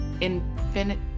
infinite